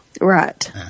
right